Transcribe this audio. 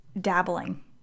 dabbling